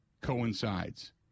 coincides